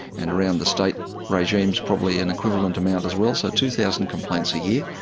and around the state regimes probably an equivalent amount as well, so two thousand complaints a year.